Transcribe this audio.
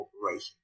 corporation